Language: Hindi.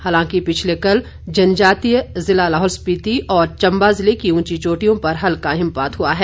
हालांकि पिछले जनजातीय जिला लाहौल स्पिति और चम्बा जिलों की उंची चोटियों पर हल्का हिमपात हुआ है